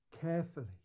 carefully